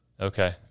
Okay